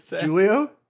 Julio